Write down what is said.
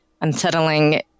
Unsettling